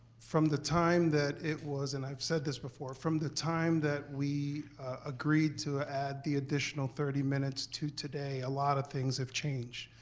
from the time that it was, and i've said this before, from the time we agreed to add the additional thirty minutes to today, a lot of things have changed.